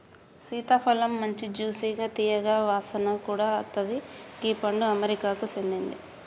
సీతాఫలమ్ మంచి జ్యూసిగా తీయగా వాసన కూడా అత్తది గీ పండు అమెరికాకు సేందింది